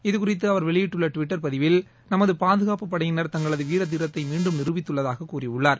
இதுகுறித்து அவர் வெளியிட்டுள்ள டுவிட்டர் பதிவில் நமது பாதுகாப்பு படையினர் தங்களது வீரதீரத்தை மீண்டும் நிரூபித்துள்ளதாக கூறியுள்ளார்